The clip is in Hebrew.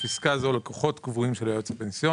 (בפסקה זו לקוחות קבועים של היועץ הפנסיוני).